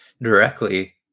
directly